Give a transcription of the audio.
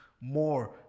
more